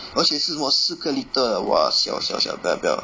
而且是什么四个 litre eh !wah! siao siao siao 不要不要